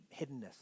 hiddenness